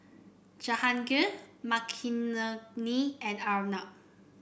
Jahangir Makineni and Arnab